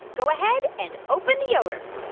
go ahead and open the odor